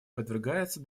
подвергается